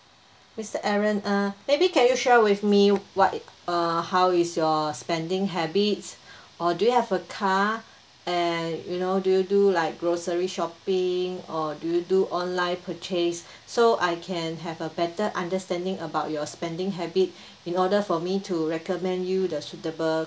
mister aaron uh maybe can you share with me what uh how is your spending habits or do you have a car and you know do you do like grocery shopping or do you do online purchase so I can have a better understanding about your spending habit in order for me to recommend you the suitable